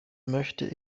möchte